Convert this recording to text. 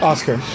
Oscar